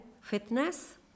fitness